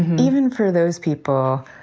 even for those people,